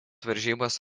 varžybas